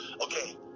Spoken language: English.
Okay